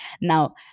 now